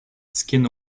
skin